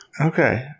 Okay